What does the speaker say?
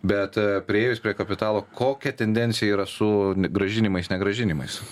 bet priėjus prie kapitalo kokia tendencija yra su grąžinimais negrąžinimais